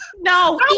No